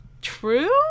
true